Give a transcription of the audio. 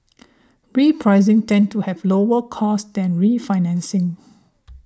repricing tends to have lower costs than refinancing